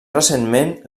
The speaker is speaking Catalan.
recentment